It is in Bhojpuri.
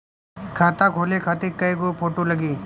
खाता खोले खातिर कय गो फोटो लागी?